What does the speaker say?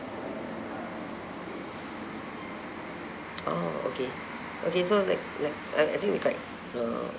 oh okay okay so like like uh I think we quite uh